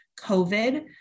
COVID